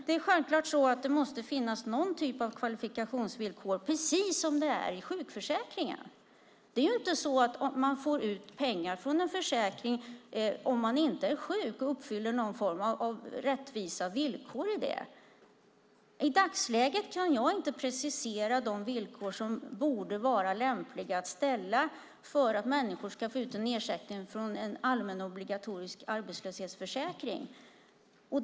Det måste självklart finnas någon typ av kvalifikationsvillkor, precis som i sjukförsäkringen. Man får ju inte ut pengar från en försäkring om man inte är sjuk och uppfyller någon form av rättvisa villkor. I dagsläget kan jag inte precisera de villkor som borde vara lämpliga att ställa för att människor ska få ut en ersättning från en allmän obligatorisk arbetslöshetsförsäkring.